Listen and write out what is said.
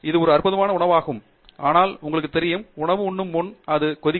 இது ஒரு அற்புதமான உணவாகும் ஆனால் உங்களுக்கு தெரியும் உணவு உண்ணும் முன் அது கொதிக்கும்